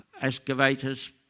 excavators